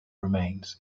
remains